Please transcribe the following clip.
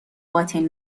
باطل